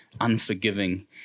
unforgiving